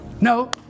No